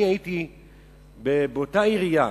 אני הייתי באותה עירייה